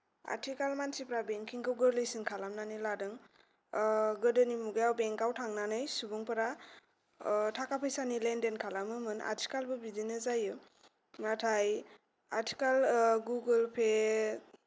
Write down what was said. आथिखाल मानसिफ्रा बेंकिंखौ गोरलैसिन खालामनानै लादों गोदोनि मुगायाव बेंकाव थांनानै सुबुंफोरा थाखा फैसानि लेनदेन खालामोमोन आथिखालबो बिदिनो जायो नाथाय आथिखाल गुगोल पे